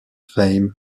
fame